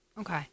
Okay